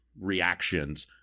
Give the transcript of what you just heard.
reactions